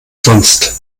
sonst